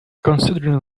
considering